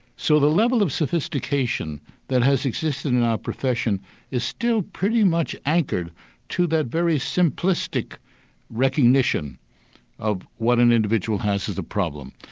so the level of sophistication that has existed in our profession is still pretty much anchored to that very simplistic recognition of what an individual has as a problem.